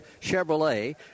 Chevrolet